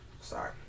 Sorry